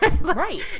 Right